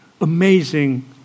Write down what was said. amazing